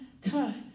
tough